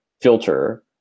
filter